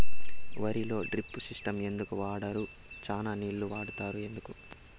వరిలో drip system ఎందుకు వాడరు? చానా నీళ్లు వాడుతారు ఎందుకు?